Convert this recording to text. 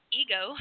ego